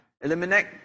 eliminate